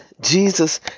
Jesus